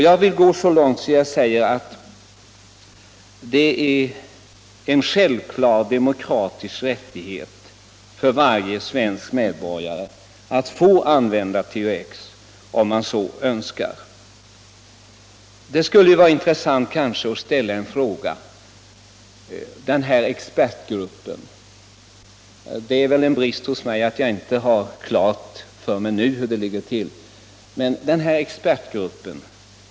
Jag vill gå så långt att jag säger att det är en självklar demokratisk rättighet för varje svensk medborgare att få använda THX, om man så önskar. Det skulle vara intressant att få svar på en fråga om den där expertgruppen — det är väl en brist hos mig att jag inte har klart för mig hur det ligger till.